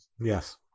Yes